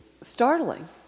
startling